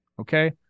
Okay